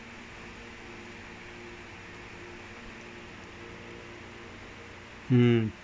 mm